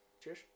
Cheers